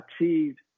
achieved